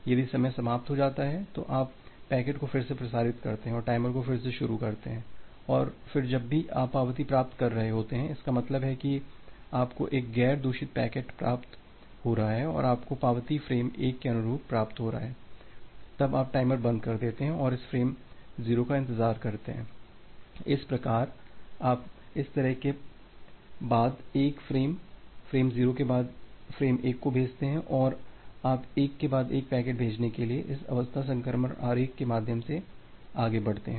यदि समय समाप्त हो जाता है तो आप पैकेट को फिर से प्रसारित करते हैं और टाइमर को फिर से शुरू करते हैं और फिर जब भी आप पावती प्राप्त कर रहे होते हैं इसका मतलब है कि आपको एक गैर दूषित पैकेट प्राप्त हो रहा है और आपको पावती फ्रेम 1 के अनुरूप प्राप्त होता है तब आप टाइमर बंद कर देते हैं और इस फ्रेम 0 का इंतजार करते हैं इस प्रकार आप इस तरह एक के बाद एक फ्रेम फ्रेम 0 के बाद फ्रेम 1 को भेजते हैं और आप एक के बाद एक पैकेट भेजने के लिए इस अवस्था संक्रमण आरेख के माध्यम से आगे बढ़ते हैं